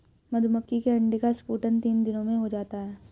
मधुमक्खी के अंडे का स्फुटन तीन दिनों में हो जाता है